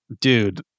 Dude